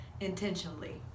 intentionally